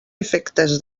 efectes